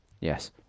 Yes